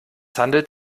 handelt